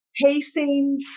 pacing